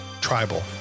Tribal